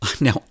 Now